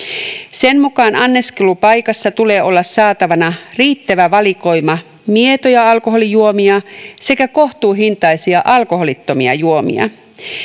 sen mukaan anniskelupaikassa tulee olla saatavana riittävä valikoima mietoja alkoholijuomia sekä kohtuuhintaisia alkoholittomia juomia